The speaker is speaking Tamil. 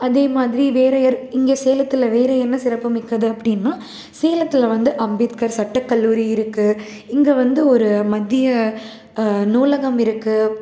அதே மாதிரி வேறு இங்கே சேலத்தில் வேறு என்ன சிறப்பு மிக்கது அப்படின்னா சேலத்தில் வந்து அம்பேத்கர் சட்டக்கல்லூரி இருக்குது இங்கே வந்து ஒரு மத்திய நூலகம் இருக்குது